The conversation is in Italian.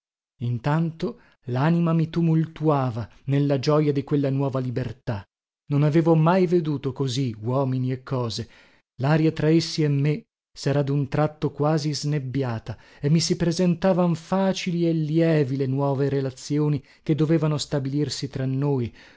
intanto lanima mi tumultuava nella gioja di quella nuova libertà non avevo mai veduto così uomini e cose laria tra essi e me sera dun tratto quasi snebbiata e mi si presentavan facili e lievi le nuove relazioni che dovevano stabilirsi tra noi